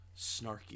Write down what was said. snarky